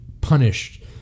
punished